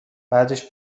بعدش